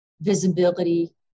visibility